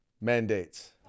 mandates